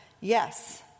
Yes